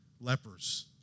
lepers